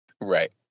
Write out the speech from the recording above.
Right